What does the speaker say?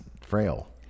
frail